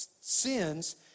sins